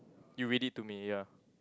you read it to me ya